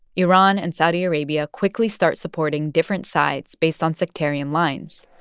iran and saudi arabia quickly start supporting different sides based on sectarian lines.